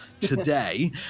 today